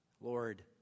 Lord